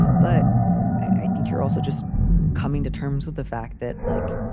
but i think you're also just coming to terms with the fact that, like,